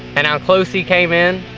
and how close he came in.